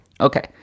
Okay